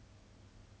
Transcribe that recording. !wow!